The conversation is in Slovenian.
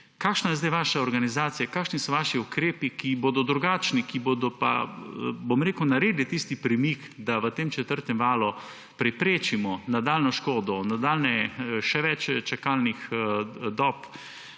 Kakšna je zdaj vaša organizacija, kakšni so vaši ukrepi, ki bodo drugačni, ki bodo naredili tisti premik, da v četrtem valu preprečimo nadaljnjo škodo, še več čakalnih dob,